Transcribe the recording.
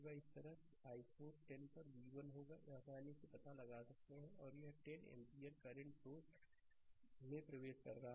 इसी तरह i4 10 पर v1 होगा आसानी से आप पता लगा सकते हैं और यह 10 एम्पीयर करंट सोर्स में प्रवेश कर रहा है